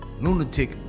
lunatic